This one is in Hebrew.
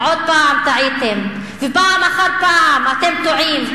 עוד פעם טעיתם ופעם אחר פעם אתם טועים,